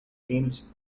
films